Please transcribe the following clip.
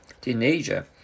Teenager